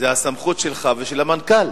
זה הסמכות שלך ושל המנכ"ל.